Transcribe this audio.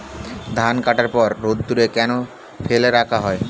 ধান কাটার পর রোদ্দুরে কেন ফেলে রাখা হয়?